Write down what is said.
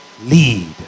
lead